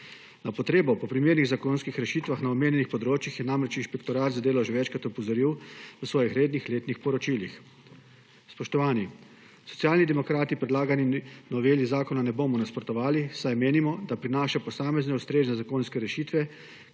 Na potrebo po primernih zakonskih rešitvah na omenjenih področjih je namreč Inšpektorat za delo že večkrat opozoril v svojih rednih letnih poročilih. Spoštovani! Socialni demokrati predlagani noveli zakona ne bomo nasprotovali, saj menimo, da prinaša posamezne ustrezne zakonske rešitve,